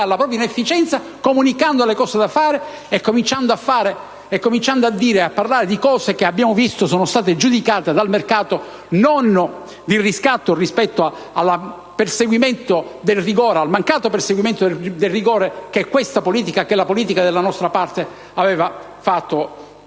dalla propria inefficienza, comunicando le cose da fare e cominciando a parlare di quelle che, l'abbiamo visto, sono state giudicate dal mercato non di riscatto rispetto al mancato perseguimento del rigore che la politica della nostra parte aveva fatto